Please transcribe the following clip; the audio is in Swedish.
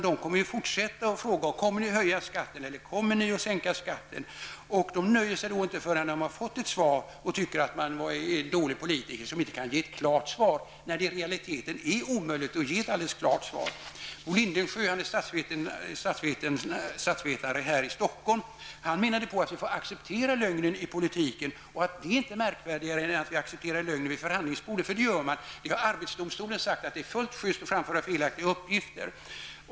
De kommer fortsätta att fråga om skatten skall höjas eller sänkas. De nöjer sig inte förrän de har fått ett svar, och tycker att man är en dålig politiker som inte kan ge ett klart svar, även om det i realiteten är omöjligt att ge ett klart svar. Bo Rindensjö, statsvetare i Stockholm, menar de att vi får acceptera lögnen i politiken. Det är inte märkvärdigare än att vi accepterar lögnen vid förhandlingsbordet. Arbetsdomstolen har sagt att det är fullt schyst att framföra felaktiga uppgifter.